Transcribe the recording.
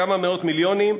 כמה מאות מיליונים,